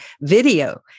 video